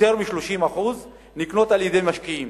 יותר מ-30% נקנות על-ידי משקיעים